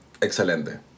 Excelente